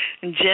Jim